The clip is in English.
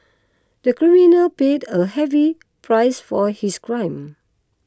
the criminal paid a heavy price for his crime